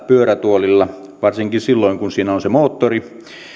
pyörätuolilla kulkevalle henkilölle varsinkin silloin kun siinä on se moottori